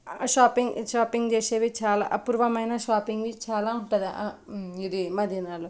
shopping shopping చేసేది చాలా అపూర్వమైన షాపింగ్వి చాలా ఉంటుంది ఇది మదీనాలో